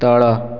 ତଳ